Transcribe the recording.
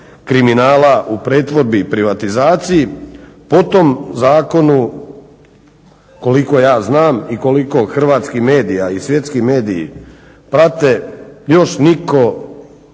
kriminala u pretvorbi i privatizaciji. Po tom zakonu koliko ja znam i koliko hrvatski mediji, a i svjetski mediji prate, još nitko